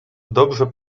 dobrze